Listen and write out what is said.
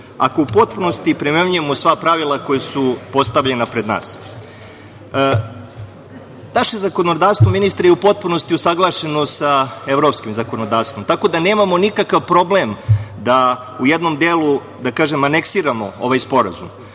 ako u potpunosti primenjujemo sva pravila koja su postavljena pred nas. Naše zakonodavstvo, ministre, je u potpunosti usaglašeno sa evropskim zakonodavstvom, tako da nemamo nikakav problem da u jednom delu, da kažem, aneksiramo ovaj sporazum.